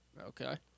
Okay